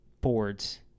boards